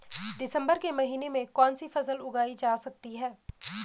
दिसम्बर के महीने में कौन सी फसल उगाई जा सकती है?